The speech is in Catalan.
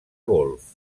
golf